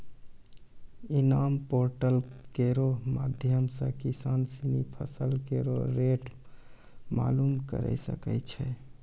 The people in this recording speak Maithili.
इनाम पोर्टल केरो माध्यम सें किसान सिनी फसल केरो रेट मालूम करे सकै छै